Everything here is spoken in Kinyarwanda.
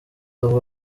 avuga